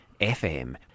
FM